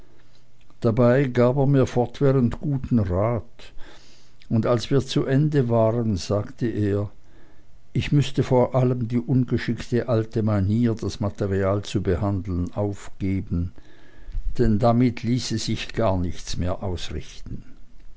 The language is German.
dabei gab er mir fortwährend guten rat und als wir zu ende waren sagte er ich müßte vor allem die ungeschickte alte manier das material zu behandeln aufgeben denn damit ließe sich gar nichts mehr ausrichten